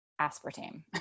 aspartame